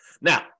Now